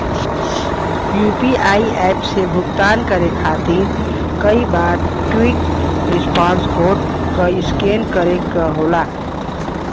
UPI app से भुगतान करे खातिर कई बार क्विक रिस्पांस कोड क स्कैन करे क होला